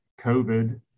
COVID